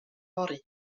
fory